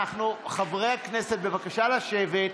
חברי הכנסת, בבקשה לשבת.